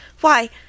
Why